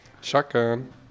Shotgun